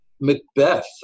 Macbeth